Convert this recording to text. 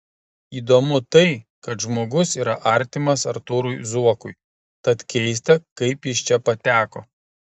įdomu tai kad žmogus yra artimas artūrui zuokui tad keista kaip jis čia pateko